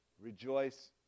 Rejoice